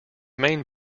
main